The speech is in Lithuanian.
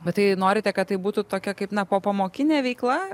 bet tai norite kad tai būtų tokia kaip popamokinė veikla